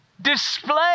Display